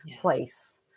place